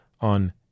on